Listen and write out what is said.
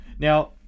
Now